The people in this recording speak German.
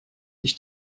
ich